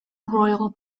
royal